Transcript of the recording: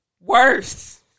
Worse